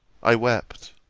i wept.